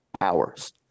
hours